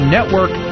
Network